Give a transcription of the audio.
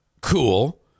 cool